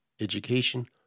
education